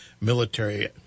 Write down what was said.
military